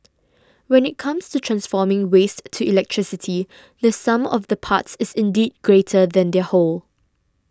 when it comes to transforming waste to electricity the sum of the parts is indeed greater than their whole